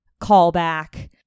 callback